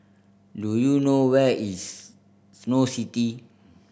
do you know where is Snow City